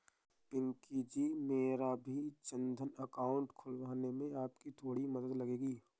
पिंकी जी मेरा भी जनधन अकाउंट खुलवाने में आपकी थोड़ी मदद लगेगी